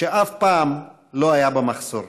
שאף פעם לא היה בה מחסור.